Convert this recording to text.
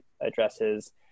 addresses